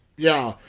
yeah,